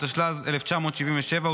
התשל"ז 1977,